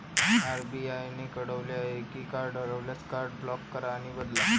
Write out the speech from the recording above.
RBI ने कळवले आहे की कार्ड हरवल्यास, कार्ड ब्लॉक करा आणि बदला